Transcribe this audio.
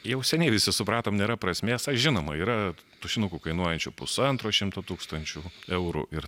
jau seniai visi supratom nėra prasmės na žinoma yra tušinukų kainuojančių pusantro šimto tūkstančių eurų ir